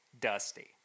dusty